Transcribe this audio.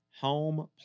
home